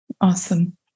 Awesome